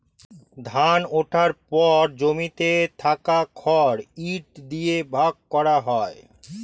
ধান ওঠার পর জমিতে থাকা খড় ইট দিয়ে ভাগ করা হয়